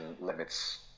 limits